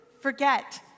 forget